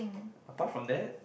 apart from that